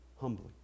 humbly